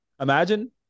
Imagine